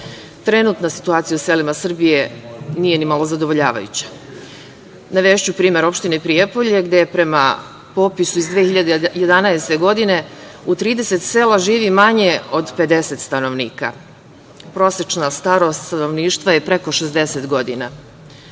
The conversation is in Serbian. Trenutna situacija u selima Srbije nije ni malo zadovoljavajuća. Navešću primer opštine Prijepolje, prema popisu iz 2011. godine, u 30 sela živi manje od 50 stanovnika, prosečna starost stanovništva je preko 60 godina.